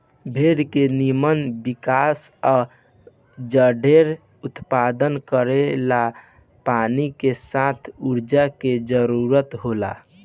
भेड़ के निमन विकास आ जढेर उत्पादन करेला पानी के साथ ऊर्जा के जरूरत होला